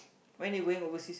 when you going overseas